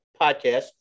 podcast